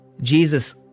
Jesus